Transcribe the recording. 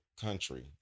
country